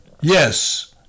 Yes